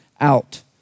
out